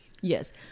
yes